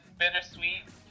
bittersweet